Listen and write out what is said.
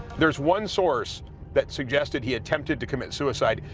there's one source that suggested he attempted to commit suicide,